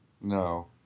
No